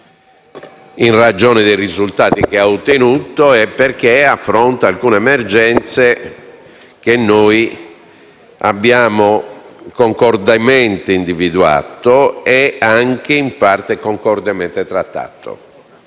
in ragione dei risultati che ha ottenuto e perché affronta alcune emergenze che abbiamo concordemente individuato e in parte anche concordemente trattato.